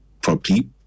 properly